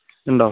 ഇണ്ടോ